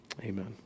Amen